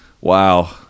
wow